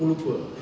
aku lupa ah